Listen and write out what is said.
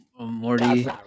Morty